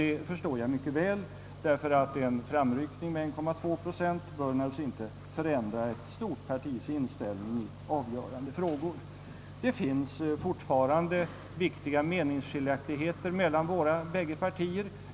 Det för står jag mycket väl, ty en framryckning med 1,2 procent bör naturligtvis inte förändra ett stort partis inställning i avgörande frågor. Det finns fortfarande stora meningsskiljaktigheter mellan våra båda partier.